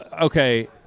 okay